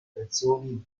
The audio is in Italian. canzoni